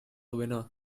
winner